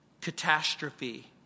catastrophe